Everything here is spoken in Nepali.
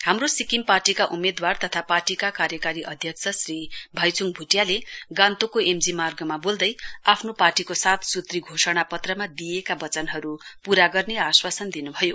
हाम्रो सिक्किम पार्टीका उम्मेदवार तथा पार्टीका कार्यकारी अद्यक्ष श्री भाईच्ङ भ्टियाले गान्तोक एम जी मार्गमा वोल्दै आफ्नो पार्टीको सात स्त्री घोषणापत्रमा दिइएका वचनहरू पूरा गर्ने आश्वासन दिन्भयो